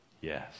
Yes